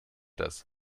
das